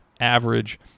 Average